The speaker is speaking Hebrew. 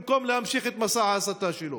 במקום להמשיך את מסע ההסתה שלו.